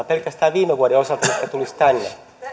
pelkästään viime vuoden osalta jotka tulisivat tänne